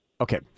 Okay